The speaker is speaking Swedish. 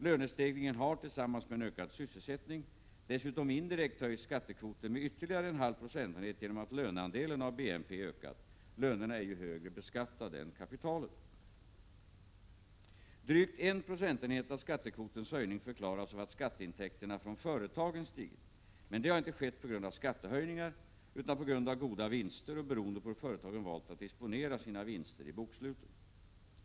Lönestegringen har, tillsammans med en ökad sysselsättning, dessutom indirekt höjt skattekvoten med ytterligare en halv procentenhet genom att löneandelen av BNP ökat; lönerna är ju högre beskattade än kapitalet. Drygt en procentenhet av skattekvotens höjning förklaras av ått skatteintäkterna från företagen stigit. Men detta har inte skett på grund av skattehöjningar, utan på grund av goda vinster och beroende på hur företagen valt att disponera sina vinster i boksluten.